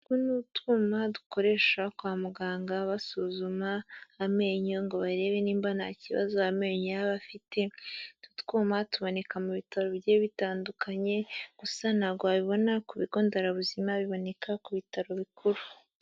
Utu ni utwuma dukoresha kwa muganga basuzuma amenyo ngo barebe nimba nta kibazo amenyo y'aba afite, utu twuma tuboneka mu bitaro bigiye bitandukanye gusa ntabwo wabibona ku bigo nderabuzima biboneka ku bitaro bikuru.